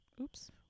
Oops